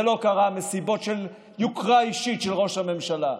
זה לא קרה מסיבות של יוקרה אישית של ראש הממשלה.